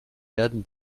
werden